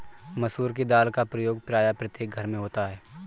मसूर की दाल का प्रयोग प्रायः प्रत्येक घर में होता है